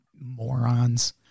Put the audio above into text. morons